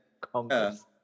congress